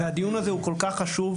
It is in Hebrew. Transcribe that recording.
והדיון הזה הוא כל כך חשוב,